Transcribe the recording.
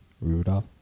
Rudolph